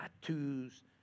tattoos